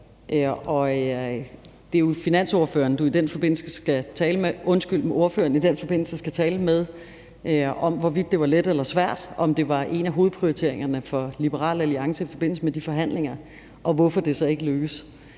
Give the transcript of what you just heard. Det er jo finansordføreren, som ordføreren i den forbindelse skal tale med om, hvorvidt det var let eller svært, om det var en af hovedprioriteringerne for Liberal Alliance i forbindelse med de forhandlinger, og hvorfor det så ikke lykkedes.